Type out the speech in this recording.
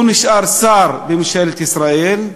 הוא נשאר שר בממשלת ישראל,